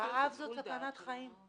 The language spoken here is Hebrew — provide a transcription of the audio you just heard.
רעב זה גם סכנת חיים.